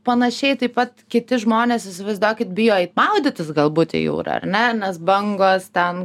panašiai taip pat kiti žmonės įsivaizduokit bijo eit maudytis galbūt į jūrą ar ne nes bangos ten